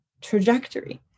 trajectory